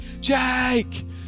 Jake